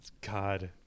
God